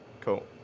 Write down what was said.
cool